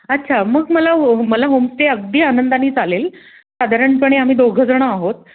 अच्छा मग मला मला होम स्टे अगदी आनंदानी चालेल साधारणपणे आम्ही दोघं जण आहोत